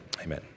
Amen